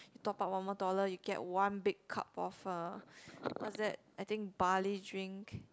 you top up one more dollar you get one big cup of uh what's that I think barley drink